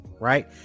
right